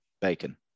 Bacon